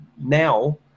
now